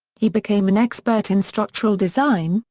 he became an expert in structural design,